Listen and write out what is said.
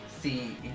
see